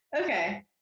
Okay